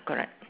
correct